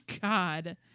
God